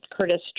Curtis